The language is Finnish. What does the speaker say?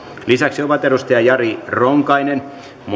lisäksi on jari ronkainen